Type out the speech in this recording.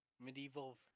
medieval